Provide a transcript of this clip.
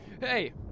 Hey